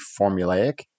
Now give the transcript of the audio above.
formulaic